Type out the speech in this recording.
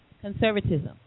Conservatism